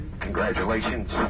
Congratulations